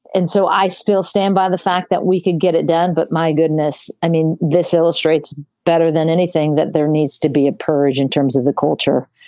and so i still stand by the fact that we can get it done. but my goodness. i mean, this illustrates better than anything that there needs to be a purge in terms of the culture.